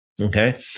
Okay